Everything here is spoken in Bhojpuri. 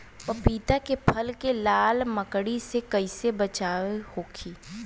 पपीता के फल के लाल मकड़ी से कइसे बचाव होखि?